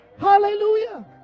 Hallelujah